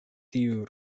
tiu